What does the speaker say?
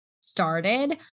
started